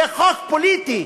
זה חוק פוליטי,